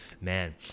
man